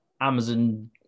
Amazon